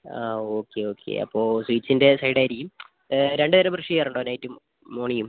ആ okay okay അപ്പോൾ സ്വീറ്റ്സിൻ്റ സൈഡ് ആയിരിക്കും രണ്ട് നേരം ബ്രഷ് ചെയ്യാറുണ്ടോ നൈറ്റും മോർണിംഗും